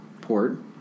port